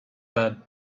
bed